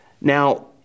Now